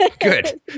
Good